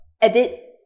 edit